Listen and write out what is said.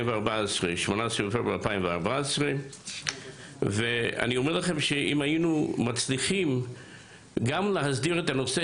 18 בפברואר 2014. אני אומר לכם שאם היינו מצליחים להסדיר גם את הנושא